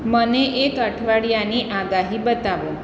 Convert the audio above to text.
મને એક અઠવાડિયાની આગાહી બતાવો